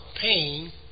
pain